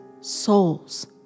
souls